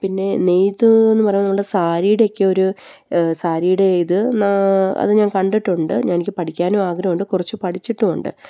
പിന്നെ നെയ്ത് എന്ന് പറയുന്ന നമ്മുടെ സാരിയുടെയൊക്കെ ഒരു സാരിയുടെയിത് അത് ഞാൻ കണ്ടിട്ടുണ്ട് ഞാൻ എനിക്ക് പഠിക്കാനും ആഗ്രഹമുണ്ട് കുറച്ച് പഠിച്ചിട്ടുമുണ്ട്